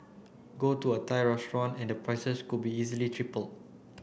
go to a Thai restaurant and the prices could easily be tripled